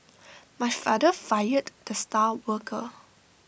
my father fired the star worker